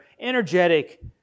energetic